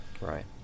right